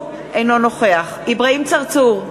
אינו נוכח אברהים צרצור,